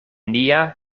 nia